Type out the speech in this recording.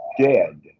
dead